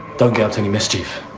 don't go to any mischief